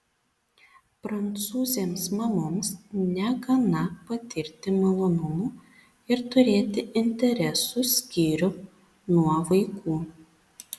prancūzėms mamoms negana patirti malonumų ir turėti interesų skyrium nuo vaikų